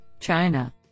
China